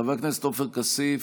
חבר הכנסת עופר כסיף,